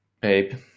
babe